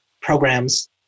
programs